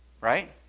right